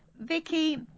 Vicky